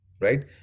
right